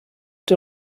der